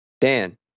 Dan